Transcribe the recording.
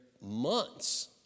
months